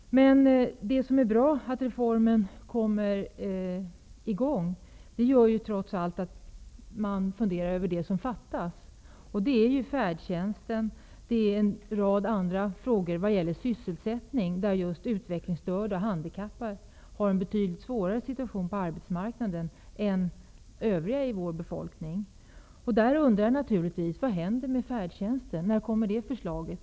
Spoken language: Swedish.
Det som jag tycker är bra är att man i samband med reformen börjar fundera över vad som fattas. Det är en utbyggd färdtjänst, en rad andra frågor vad gäller sysselsättning. Just utvecklingsstörda och handikappade har det betydligt svårare på arbetsmarknaden än övriga. Jag undrar naturligtvis: Vad händer med färdtjänsten? När kommer det förslaget?